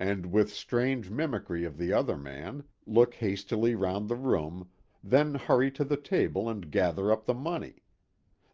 and with strange mimicry of the other man, look hastily round the room then hurry to the table and gather up the money